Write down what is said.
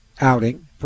outing